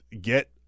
get